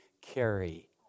carry